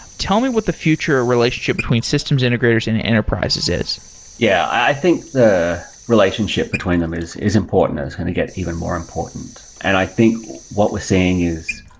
tell me what the future relationship between systems integrators and enterprises is yeah. i think the relationship between them is is important. it's going to get even more important. and i think what we're seeing is,